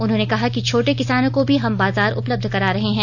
उन्होंने कहा कि छोटे किसानों को भी हम बाजार उपलब्ध करा रहे हैं